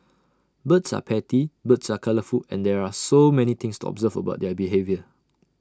birds are petty birds are colourful and there are so many things to observe about their behaviour